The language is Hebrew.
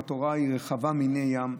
התורה היא רחבה מני ים,